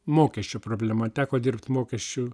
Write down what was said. mokesčių problema teko dirbt mokesčių